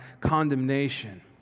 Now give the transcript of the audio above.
condemnation